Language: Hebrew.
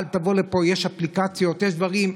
אל תבוא לפה, יש אפליקציות, יש דברים.